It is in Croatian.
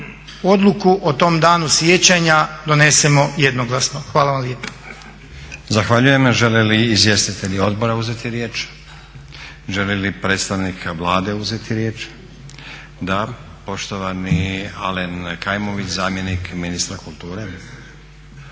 odluku o tom danu sjećanja donesemo jednoglasno. Hvala vam lijepa. **Stazić, Nenad (SDP)** Zahvaljujem. Žele li izvjestitelji odbora uzeti riječ? Želi li predstavnik Vlade uzeti riječ? Da. Poštovani Alen Kajmović, zamjenik ministra kulture.